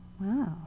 Wow